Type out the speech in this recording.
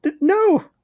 No